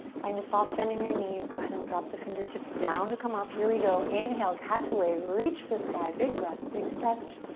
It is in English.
find a soft bend in your knees, go ahead and drop the fingertips down to come up. here we go, inhale, catch a wave, reach for the sky, big breath, big stretch.